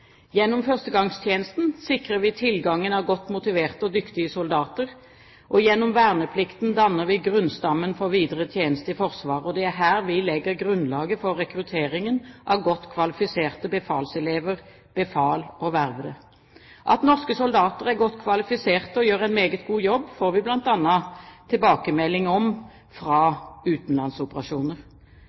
Gjennom førstegangstjenesten sikrer vi tilgangen på godt motiverte og dyktige soldater. Gjennom verneplikten danner vi grunnstammen for videre tjeneste i Forsvaret. Det er her vi legger grunnlaget for rekrutteringen av godt kvalifiserte befalselever, befal og vervede. At norske soldater er godt kvalifiserte og gjør en meget god jobb, får vi bl.a. tilbakemelding om fra utenlandsoperasjoner.